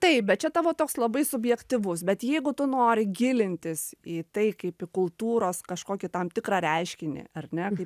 taip bet čia tavo toks labai subjektyvus bet jeigu tu nori gilintis į tai kaip į kultūros kažkokį tam tikrą reiškinį ar ne